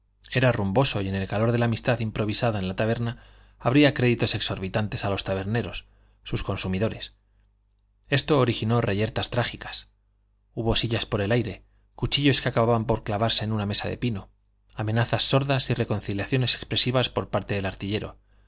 era rumboso y en el calor de la amistad improvisada en la taberna abría créditos exorbitantes a los taberneros sus consumidores esto originó reyertas trágicas hubo sillas por el aire cuchillos que acababan por clavarse en una mesa de pino amenazas sordas y reconciliaciones expresivas por parte del artillero